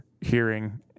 hearing